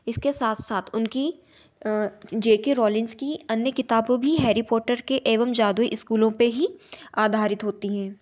इसके साथ साथ उनकी जे के रोलिंग्स की अन्य किताबों भी हैरी पोटर के एवम जादुई स्कूलों पर ही आधारित होती हैं